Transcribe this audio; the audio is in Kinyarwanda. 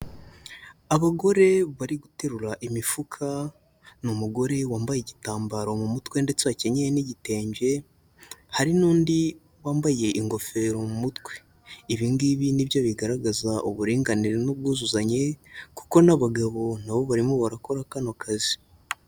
Abagore bari guterura imifuka, ni umugore wambaye igitambaro mu mutwe ndetse wakenyeye n'igitenge, hari n'undi wambaye ingofero mu mutwe, ibi ngibi nibyo bigaragaza uburinganire n'ubwuzuzanye kuko n'abagabo na bo barimo barakora kano kazi.